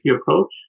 approach